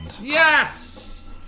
Yes